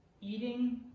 eating